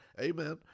Amen